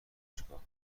دانشگاه